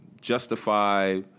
justify